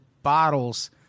bottles